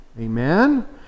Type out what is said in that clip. Amen